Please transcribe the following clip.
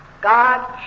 God